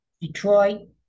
Detroit